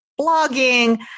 blogging